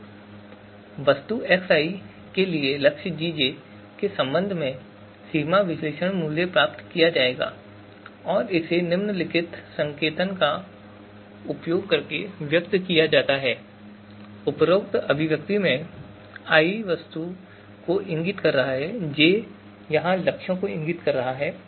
तो वस्तु xi के लिए लक्ष्य gj के संबंध में सीमा विश्लेषण मूल्य प्राप्त किया जाएगा और इसे निम्नलिखित संकेतन का उपयोग करके व्यक्त किया जाता है उपरोक्त अभिव्यक्ति में i वस्तु को इंगित कर रहा है और j यहां लक्ष्य को इंगित कर रहा है